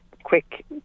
quick